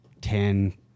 ten